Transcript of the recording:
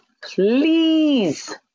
please